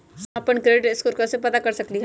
हम अपन credit score कैसे पता कर सकेली?